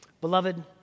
Beloved